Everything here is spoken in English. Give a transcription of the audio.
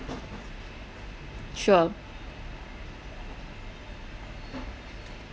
sure